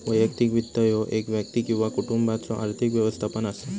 वैयक्तिक वित्त ह्यो एक व्यक्ती किंवा कुटुंबाचो आर्थिक व्यवस्थापन असा